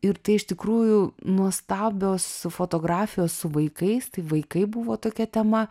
ir tai iš tikrųjų nuostabios fotografijos su vaikais tai vaikai buvo tokia tema